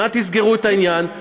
נא תסגרו את העניין,